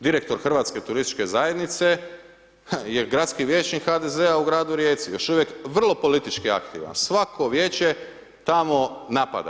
Direktor Hrvatske turističke zajednice je gradski vijećnik HDZ-a u gradu Rijeci, još uvijek vrlo politički aktivan, svako vijeće tamo napada.